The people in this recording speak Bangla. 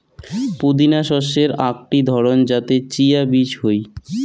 পুদিনা শস্যের আকটি ধরণ যাতে চিয়া বীজ হই